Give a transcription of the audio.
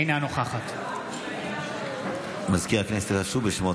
אינה נוכחת מזכיר הכנסת יקרא שוב בשמות